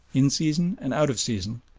in season and out of season,